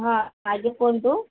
ହଁ ଆଜ୍ଞା କୁହନ୍ତୁ